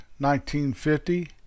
1950